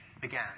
began